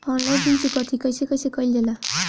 Online ऋण चुकौती कइसे कइसे कइल जाला?